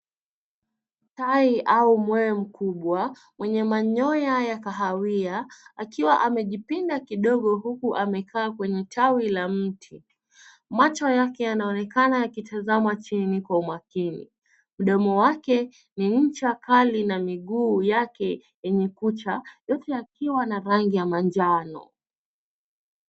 Tai au mwewe mkubwa mwenye manyoya ya kahawia akiwa amejipinda kidogo huku amekaa kwenye tawi la mti. Macho yake yanaonekana yakitazama chini kwa umakini. Mdomo wake ni ncha kali na miguu yake yenye kucha yote yakiwa na rangi ya manjano.